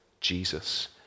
Jesus